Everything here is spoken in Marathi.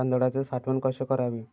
तांदळाची साठवण कशी करावी?